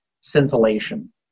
scintillation